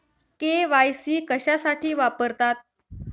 KYC कशासाठी वापरतात?